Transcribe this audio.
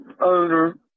owner